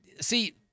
See